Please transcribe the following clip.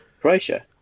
Croatia